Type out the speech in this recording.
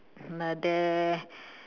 I'm not there